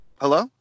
Hello